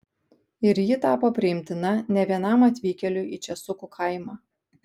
ir ji tapo priimtina ne vienam atvykėliui į česukų kaimą